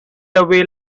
away